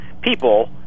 people